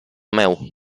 meu